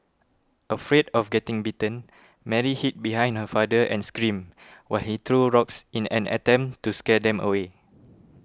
afraid of getting bitten Mary hid behind her father and screamed while he threw rocks in an attempt to scare them away